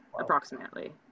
approximately